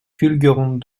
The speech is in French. fulgurante